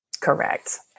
Correct